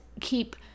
keep